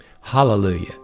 Hallelujah